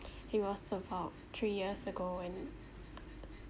it was about three years ago and